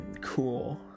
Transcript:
cool